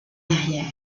arrière